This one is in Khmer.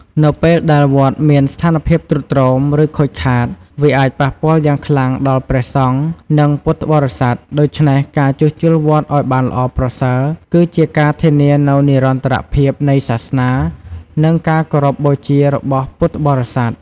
នៅពេលដែលវត្តមានស្ថានភាពទ្រុឌទ្រោម ឬខូចខាត វាអាចប៉ះពាល់យ៉ាងខ្លាំងដល់ ព្រះសង្ឃ និង ពុទ្ធបរិស័ទ។ ដូច្នេះ ការជួសជុលវត្តឱ្យបានល្អប្រសើរ គឺជាការធានានូវនិរន្តរភាពនៃសាសនា និងការគោរពបូជារបស់ពុទ្ធបរិស័ទ។